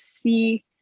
see